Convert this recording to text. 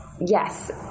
yes